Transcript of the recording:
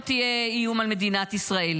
שלא תהיה איום על מדינת ישראל.